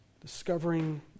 Discovering